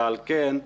ועל כן,